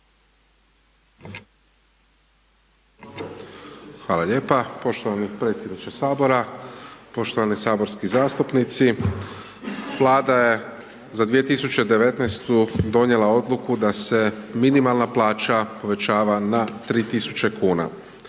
Hvala lijepa poštovani predsjedniče Sabora, poštovani saborski zastupnici. Vlada je za 2019. donijela odluku da se minimalna plaća povećava na 3000 kuna